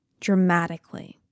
dramatically